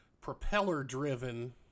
propeller-driven